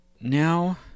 Now